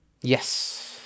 Yes